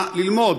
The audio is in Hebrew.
מה ללמוד,